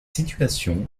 situation